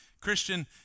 Christian